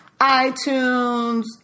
iTunes